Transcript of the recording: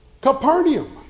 Capernaum